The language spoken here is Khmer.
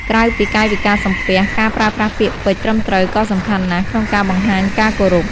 ក្រៅពីកាយវិការសំពះ ការប្រើប្រាស់ពាក្យពេចន៍ត្រឹមត្រូវក៏សំខាន់ណាស់ក្នុងការបង្ហាញការគោរព។